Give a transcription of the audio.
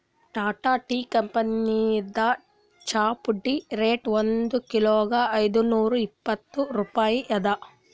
Tata tea ಕಂಪನಿದ್ ಚಾಪುಡಿ rate ಒಂದ್ ಕಿಲೋಗಾ ಐದ್ನೂರಾ ಇಪ್ಪತ್ತ್ ರೂಪಾಯಿ ಅದಾ